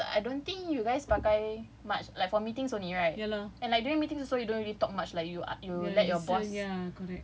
cause for adults I don't think you guys pakai much like for meetings only right and during meetings also you don't really talk much like you let your boss